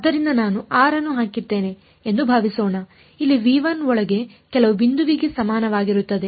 ಆದ್ದರಿಂದ ನಾನು r ಅನ್ನು ಹಾಕಿದ್ದೇನೆ ಎಂದು ಭಾವಿಸೋಣ ಇಲ್ಲಿ ಒಳಗೆ ಕೆಲವು ಬಿಂದುವಿಗೆ ಸಮಾನವಾಗಿರುತ್ತದೆ